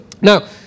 Now